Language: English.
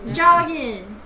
jogging